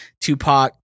Tupac